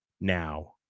now